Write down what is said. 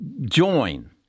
join